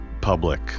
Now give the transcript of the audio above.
public